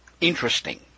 interesting